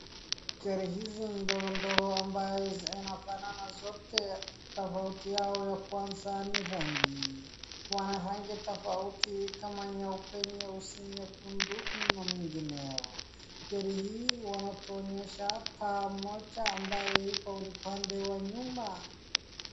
Gari hizi ndogondogo ambazo zinafanana zote, tofauti yao ya kwanza ni rangi. Wana rangi tofauti kama nyeupe , nyeusi, nyekundi na mengineyo. Gari hii wanatuonyesha taa moja ambaye iko upande wa nyuma.